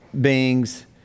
beings